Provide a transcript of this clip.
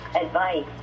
advice